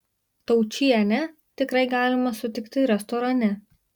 taučienę tikrai galima sutikti restorane